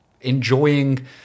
enjoying